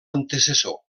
antecessor